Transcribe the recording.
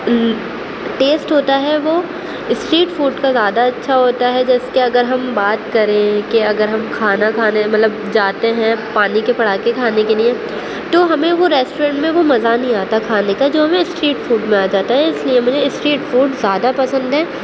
test ہوتا ہے وہ اسٹریٹ فوڈ کا زیادہ اچھا ہوتا ہے جیسے کہ اگر ہم بات کریں کہ اگر ہم کھانا کھانے مطلب جاتے ہیں پانی کے پراٹھے کھانے کے لیے تو ہمیں وہ ریسٹورینٹ میں وہ مزہ نہیں آتا ہے کھانے کا جو ہمیں اسٹریٹ فوڈ میں آتا ہے تو اس لیے مجھے اسٹریٹ فوڈ زیادہ پسند ہیں